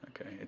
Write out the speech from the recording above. Okay